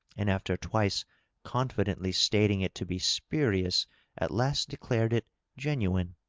and after twice confidently stating it to be spurious at last de clared it genuine.